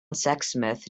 sexsmith